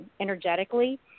energetically